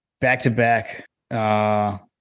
Back-to-back